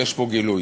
יש פה גילוי.